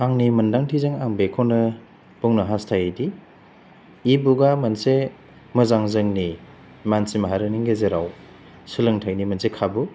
आंनि मोन्दांथिजों आं बेखौनो बुंनो हासथायोदि इ बुखआ मोनसे मोजां जोंनि मानसि माहारिनि गेजेराव सोलोंथायनि मोनसे खाबु